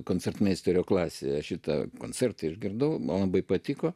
koncertmeisterio klasė šitą koncertą išgirdau man labai patiko